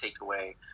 takeaway